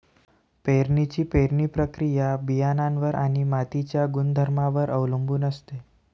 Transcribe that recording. पेरणीची पेरणी प्रक्रिया बियाणांवर आणि मातीच्या गुणधर्मांवर अवलंबून असते